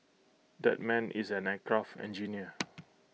that man is an aircraft engineer